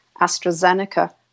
AstraZeneca